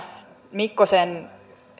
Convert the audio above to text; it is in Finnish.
mikkosen